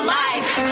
life